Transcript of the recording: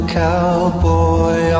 cowboy